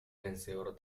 vencedor